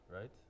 right